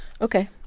Okay